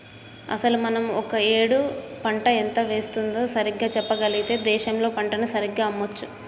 అసలు మనం ఒక ఏడు పంట ఎంత వేస్తుందో సరిగ్గా చెప్పగలిగితే దేశంలో పంటను సరిగ్గా అమ్మొచ్చు